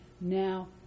now